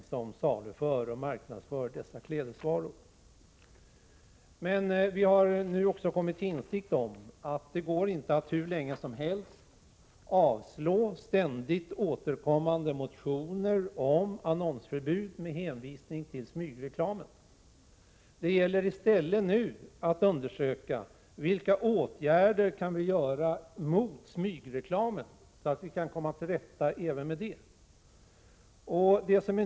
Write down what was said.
Det är tobaksbolag som saluför och marknadsför dessa klädesvaror. Vi har nu kommit till insikt om att det inte går att fortsätta hur länge som helst att avslå ständigt återkommande motioner om annonsförbud med hänvisning till smygreklamen. I stället gäller det att undersöka vilka åtgärder vi kan vidta för att komma till rätta med smygreklamen.